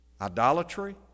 idolatry